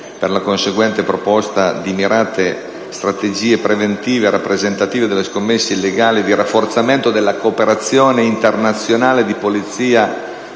per la conseguente proposta di mirate strategie preventive e repressive delle scommesse illegali e di rafforzamento della cooperazione internazionale di polizia